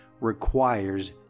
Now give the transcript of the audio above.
requires